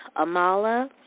Amala